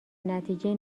نتیجه